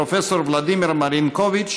פרופ' ולדימיר מרינקוביץ',